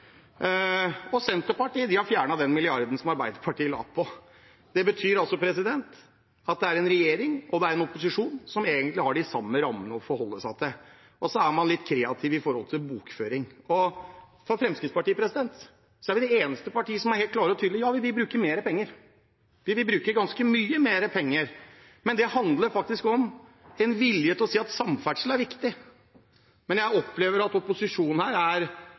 og Senterpartiet har fjernet den milliarden som Arbeiderpartiet la på. Det betyr at det er en regjering og en opposisjon som egentlig har de samme rammene å forholde seg til, og så er man litt kreativ når det gjelder bokføring. Fremskrittspartiet er det eneste partiet som er helt klar og tydelig: Ja, vi vil bruke mer penger. Vi vil bruke ganske mye mer penger, og det handler om vilje til å si at samferdsel er viktig. Jeg opplever at opposisjonen her er